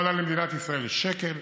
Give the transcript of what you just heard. זה לא עלה למדינת ישראל שקל,